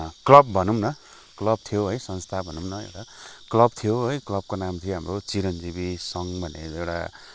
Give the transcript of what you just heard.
club भनौँ न club थियो है संस्था भनौँ न है एउटा क्लब थियो है क्लबको नाम थियो हाम्रो चिरन्जिवी सङ्घ भन्ने एउटा